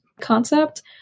concept